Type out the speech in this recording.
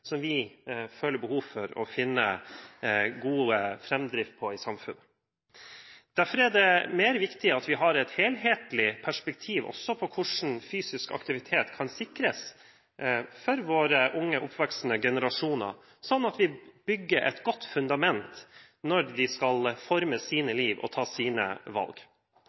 som vi føler behov for å finne god framdrift på i samfunnet. Derfor er det viktigere at vi har et helhetlig perspektiv også på hvordan fysisk aktivitet kan sikres for våre unge, oppvoksende generasjoner, sånn at vi bygger et godt fundament når de skal forme sine liv og ta sine valg.